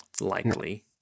likely